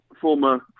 former